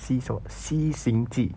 西什么西行记